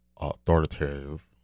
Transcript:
authoritative